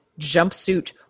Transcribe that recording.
jumpsuit